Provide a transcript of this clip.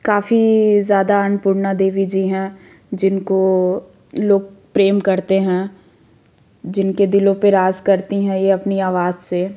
काफ़ी ज़्यादा अन्नपूर्णा देवी जी हैं जिनको लोग प्रेम करते हैं जिनके दिलों पर राज़ करती हैं ये अपनी आवाज़ से